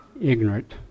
ignorant